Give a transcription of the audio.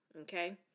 Okay